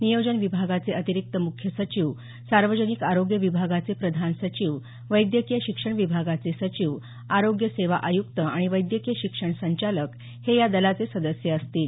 नियोजन विभागाचे अतिरिक्त मुख्य सचिव सार्वजनिक आरोग्य विभागाचे प्रधान सचिव वैद्यकीय शिक्षण विभागाचे सचिव आरोग्य सेवा आय़्क्त आणि वैद्यकीय शिक्षण संचालक हे या दलाचे सदस्य असतील